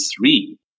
three